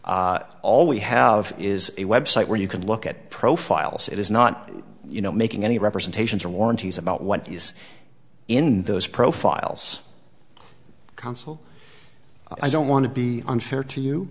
all we have is a website where you can look at profiles it is not you know making any representations or warranties about what is in those profiles counsel i don't want to be unfair to